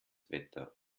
wetter